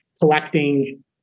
collecting